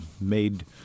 made